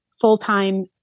full-time